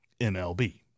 MLB